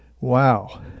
Wow